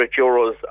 euros